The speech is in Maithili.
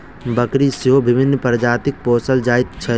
बकरी सेहो विभिन्न प्रजातिक पोसल जाइत छै